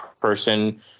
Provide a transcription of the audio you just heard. person